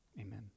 Amen